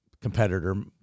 competitor